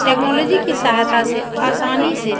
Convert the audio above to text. technology की सहायता से आसानी से